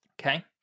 Okay